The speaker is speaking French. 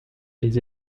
les